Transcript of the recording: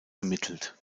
ermittelt